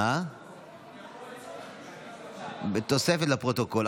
אני יכול לצרף את שמי, בתוספת לפרוטוקול.